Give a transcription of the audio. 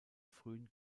frühen